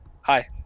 hi